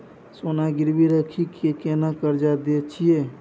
सोना गिरवी रखि के केना कर्जा दै छियै?